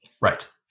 Right